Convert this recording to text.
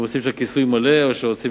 אם הם רוצים שם כיסוי מלא או רוצים